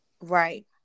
Right